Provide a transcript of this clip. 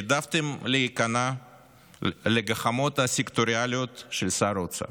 העדפתם להיכנע לגחמות הסקטוריאליות של שר האוצר.